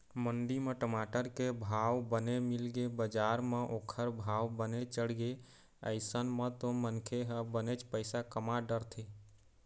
मंडी म टमाटर के भाव बने मिलगे बजार म ओखर भाव बने चढ़गे अइसन म तो मनखे ह बनेच पइसा कमा डरथे